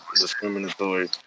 discriminatory